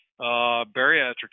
bariatric